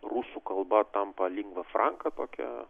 rusų kalba tampa lingva franka tokia